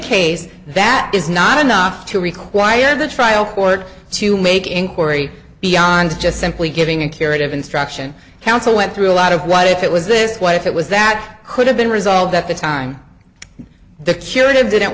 case that is not enough to require the trial court to make inquiry beyond just simply giving a curative instruction counsel went through a lot of what if it was this what it was that could have been resolved at the time the curative didn't